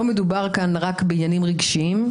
לא מדובר כאן רק בעניינים רגשיים,